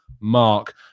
mark